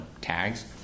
tags